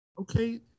Okay